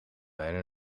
beide